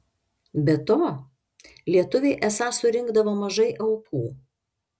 be to lietuviai esą surinkdavo mažai aukų